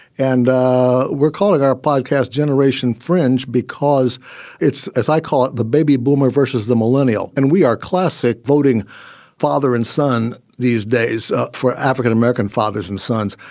and we're calling our podcast generation fringe, because it's, as i call it, the baby boomer versus the millennial. and we are classic voting voting father and son these days for african-american fathers and sons.